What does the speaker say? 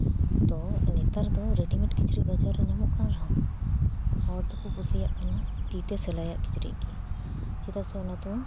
ᱛᱚ ᱱᱮᱛᱟᱨ ᱫᱚ ᱨᱮᱰᱤᱢᱮᱰ ᱠᱤᱪᱨᱤᱡ ᱵᱟᱡᱟᱨ ᱨᱮ ᱧᱟᱢᱚᱜ ᱠᱟᱱ ᱨᱮᱦᱚᱸ ᱦᱚᱲ ᱫᱚᱠᱚ ᱠᱩᱥᱤᱭᱟᱜ ᱠᱟᱱᱟ ᱛᱤ ᱛᱮ ᱥᱤᱞᱟᱭᱟᱜ ᱠᱤᱪᱨᱤᱡ ᱜᱮ ᱪᱮᱫᱟᱜ ᱥᱮ ᱚᱱᱟ ᱫᱚ